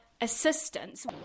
assistance